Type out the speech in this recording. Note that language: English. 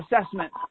assessment